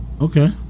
Okay